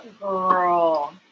girl